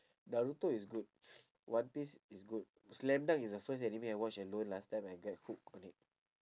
naruto is good one piece is good slam dunk is the first anime I watch alone last time and get hook on it